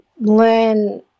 learn